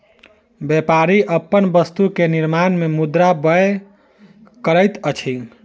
व्यापारी अपन वस्तु के निर्माण में मुद्रा व्यय करैत अछि